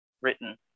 written